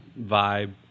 vibe